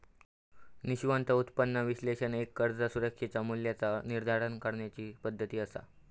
निश्चित उत्पन्न विश्लेषण एक कर्ज सुरक्षेच्या मूल्याचा निर्धारण करण्याची पद्धती असा